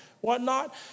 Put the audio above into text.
whatnot